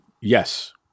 Yes